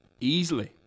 easily